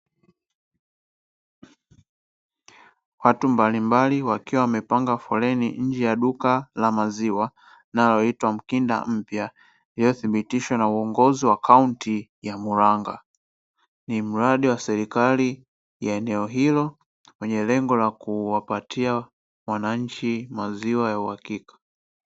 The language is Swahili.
Watu mbalimbali wakiwa wamepanga foleni nje ya duka la maziwa linaloitwa "mkinda mpya" uliothibitishwa na uongozi wa akaunti ya muranga, ni mradi wa serikali wa eneo hilo, wenye lengo la kuwapatia wananchi maziwa ya uhakika.